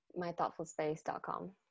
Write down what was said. mythoughtfulspace.com